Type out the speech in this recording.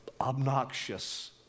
obnoxious